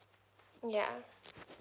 ya